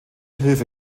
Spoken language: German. hilfe